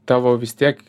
tavo vis tiek